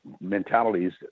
mentalities